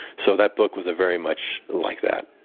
so that book was very much like that.